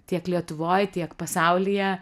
tiek lietuvoj tiek pasaulyje